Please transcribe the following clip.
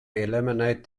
eliminate